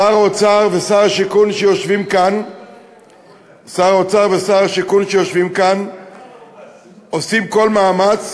שר האוצר ושר הבינוי שיושבים כאן עושים כל מאמץ